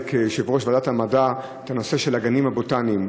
כיושב-ראש ועדת המדע את הנושא של הגנים הבוטניים.